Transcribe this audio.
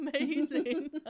amazing